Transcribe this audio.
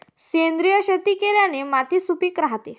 सेंद्रिय शेती केल्याने माती सुपीक राहते